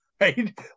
Right